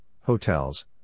hotels